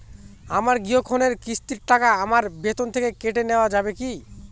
আমার গৃহঋণের কিস্তির টাকা আমার বেতন থেকে কেটে নেওয়া যাবে কি?